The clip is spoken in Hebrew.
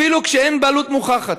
אפילו כשאין בעלות מוכחת.